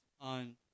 on